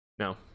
No